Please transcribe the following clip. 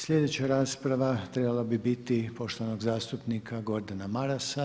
Sljedeća rasprava trebala bi biti poštovanog zastupnika Gordana Marasa.